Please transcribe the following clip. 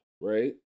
right